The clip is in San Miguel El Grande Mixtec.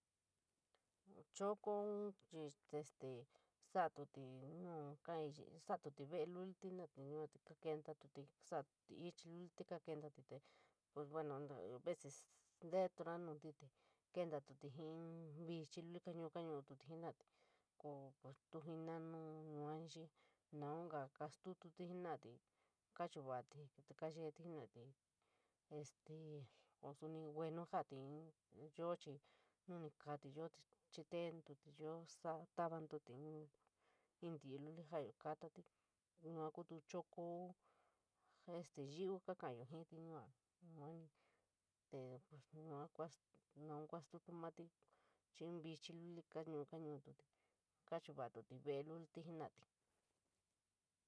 Chokoun chií chií este sañatuu nu koníí, sañatuu vele lulii jenoraíti yuu te kakanitatuu sañatuu chií luliíí te kakanitatutute pues buuno a vees, tektorou nuu te kentiatuu jii in viiíí lulií kaniou, kenuu luti jenorate kaa pos tu jinaa nu yuaní xii naaga kustotíí jenorati kachuun valaíí te kayeeíí. Jenoraíti este pos sonii buuno jouii ñin in yoo chií, noo ñin tiiñi lulií jaayo kaiyaa, yuu kuu choro chako jiiuu kataouya yuu, yuuní tee pos, noon kuu stuu moti chií in viina lulií kaniou, kanioutí, teckou valaouti vele lulii jenoraíí.